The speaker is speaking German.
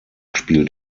spielt